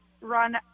run